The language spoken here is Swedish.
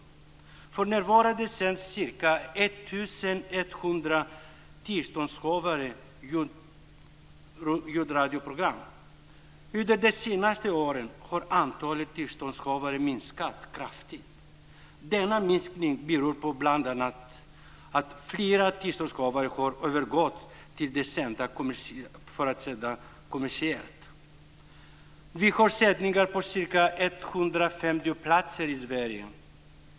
För närvarande sänder ca 1 100 tillståndshavare ljudradioprogram. Under de senaste åren har antalet tillståndshavare kraftigt minskat. Denna minskning beror bl.a. på att flera tillståndshavare har övergått till att sända kommersiellt. Det finns sändningar på ca 150 platser i Sverige.